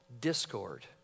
discord